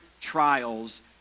trials